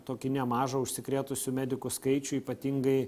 tokį nemažą užsikrėtusių medikų skaičių ypatingai